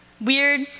weird